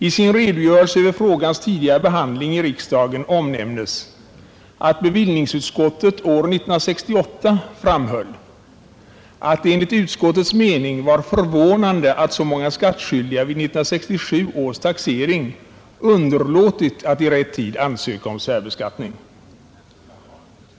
I sin redogörelse för frågans behandling i riksdagen nämner utskottet att bevillningsutskottet år 1968 framhöll att det enligt utskottets mening var förvånande att så många skattskyldiga vid 1967 års taxering underlåtit att i rätt tid ansöka om särbeskattning.